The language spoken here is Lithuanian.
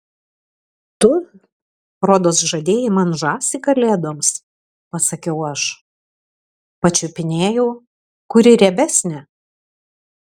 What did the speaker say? tu rodos žadėjai man žąsį kalėdoms pasakiau aš pačiupinėjau kuri riebesnė